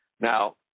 Now